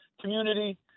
community